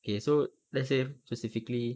okay so let's say specifically